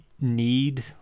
need